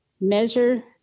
measure